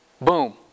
boom